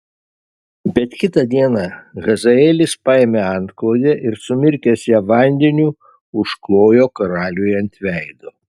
bet kitą dieną hazaelis paėmė antklodę ir sumirkęs ją vandeniu užklojo karaliui ant veido